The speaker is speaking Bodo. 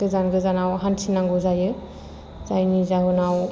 गोजान गोजानाव हान्थि नांगौ जायो जायनि जाउनाव